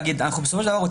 בסופו של דבר,